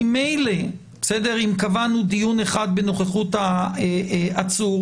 ממילא אם קבענו דיון אחד בנוכחות העצור,